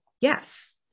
Yes